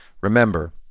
Remember